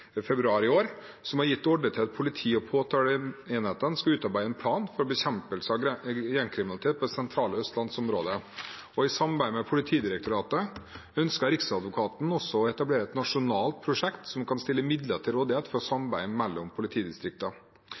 februar i år, som har gitt ordre om at politi- og påtaleenhetene skal utarbeide en plan for bekjempelse av gjengkriminalitet på det sentrale Østlands-området. I samarbeid med Politidirektoratet ønsker Riksadvokaten også å etablere et nasjonalt prosjekt som kan stille midler til rådighet for samarbeid mellom